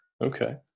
Okay